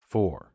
Four